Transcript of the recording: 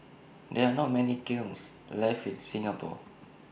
there are not many kilns left in Singapore